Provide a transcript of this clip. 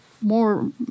more